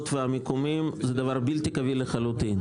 והמיקום שלהן זה דבר בלתי קביל לחלוטין.